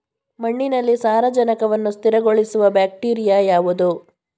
ಮಣ್ಣಿನಲ್ಲಿ ಸಾರಜನಕವನ್ನು ಸ್ಥಿರಗೊಳಿಸುವ ಬ್ಯಾಕ್ಟೀರಿಯಾ ಯಾವುದು?